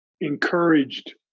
encouraged